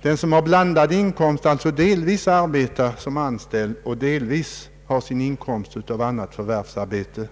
För den som har blandad inkomst, d.v.s. delvis arbetar som anställd och delvis har inkomst av annat förvärvsarbete,